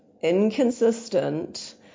inconsistent